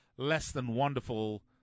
less-than-wonderful